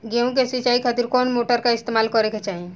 गेहूं के सिंचाई खातिर कौन मोटर का इस्तेमाल करे के चाहीं?